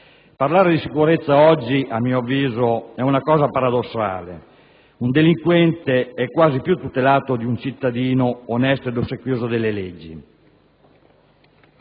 Parlare di sicurezza oggi è, a mio avviso, paradossale. Un delinquente è quasi più tutelato di un cittadino onesto ed ossequioso delle leggi.